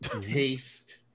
taste